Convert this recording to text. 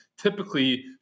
typically